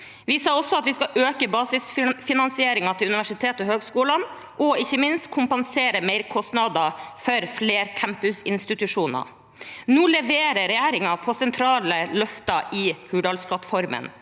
Vi sa også at vi skulle øke basisfinansieringen til universitetene og høyskolene, og ikke minst kompensere merkostnader for flercampusinstitusjoner. Nå leverer regjeringen på sentrale løfter i Hurdalsplattformen.